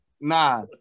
Nah